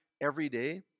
everyday